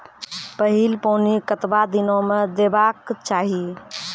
पहिल पानि कतबा दिनो म देबाक चाही?